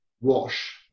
wash